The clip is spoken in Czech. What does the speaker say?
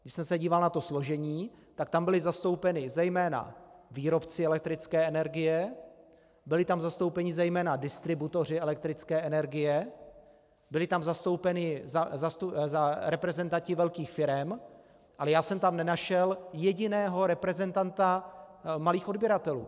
Když jsem se díval na to složení, tak tam byli zastoupeni zejména výrobci elektrické energie, byli tam zastoupeni zejména distributoři elektrické energie, byli tam zastoupeni reprezentanti velkých firem, ale já jsem tam nenašel jediného reprezentanta malých odběratelů.